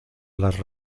las